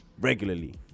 regularly